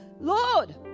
Lord